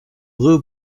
lou